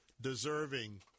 deserving